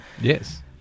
Yes